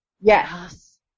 Yes